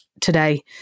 today